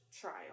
trial